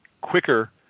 quicker